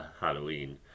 Halloween